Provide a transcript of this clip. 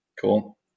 Cool